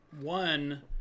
one